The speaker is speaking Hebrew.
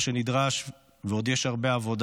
ובכל מה שנדרש, ויש עוד הרבה עבודה,